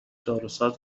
داروساز